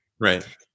Right